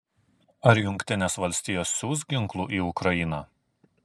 ar jungtinės valstijos siųs ginklų į ukrainą